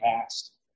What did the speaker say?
past